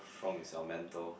from is your mental